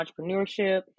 entrepreneurship